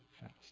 fast